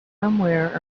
somewhere